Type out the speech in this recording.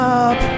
up